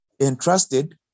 entrusted